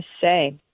say